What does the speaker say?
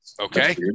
Okay